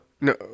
No